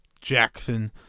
Jackson